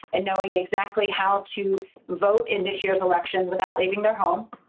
and knowing exactly how to vote in this year's elections without leaving their home.